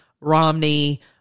Romney